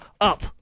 up